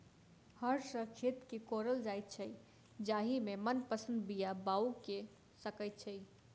हर सॅ खेत के कोड़ल जाइत छै जाहि सॅ मनपसंद बीया बाउग क सकैत छी